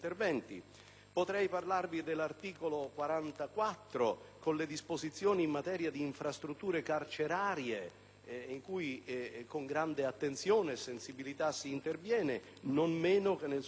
Potrei parlarvi dell'articolo 44-*ter*, che reca disposizioni in materia di infrastrutture carcerarie, in cui con grande attenzione e sensibilità si interviene, così come con